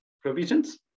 provisions